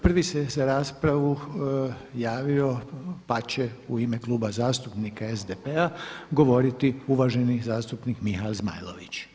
Prvi se za raspravu javio pa će u ime Kluba zastupnika SDP-a govoriti uvaženi zastupnik Mihael Zmajlović.